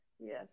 yes